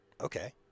okay